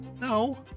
No